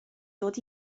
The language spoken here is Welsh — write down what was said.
dod